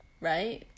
right